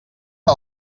que